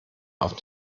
auf